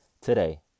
today